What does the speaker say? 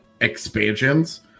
expansions